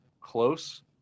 close